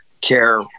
care